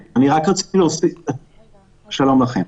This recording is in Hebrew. שלום לכם.